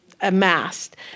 amassed